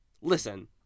listen